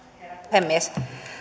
puhemies